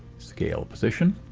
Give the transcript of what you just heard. scale, position.